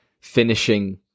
finishing